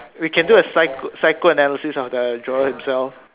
we can do a psy~ psycho-analysis of the drawer himself